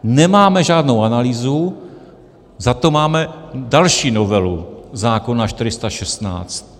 Nemáme žádnou analýzu, zato máme další novelu zákona 416.